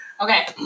okay